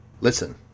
Listen